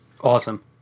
Awesome